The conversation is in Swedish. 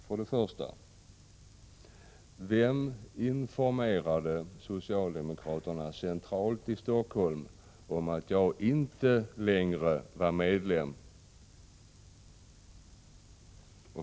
För det första: Vem informerade socialdemokraterna centralt i Stockholm om att jag inte längre var medlem?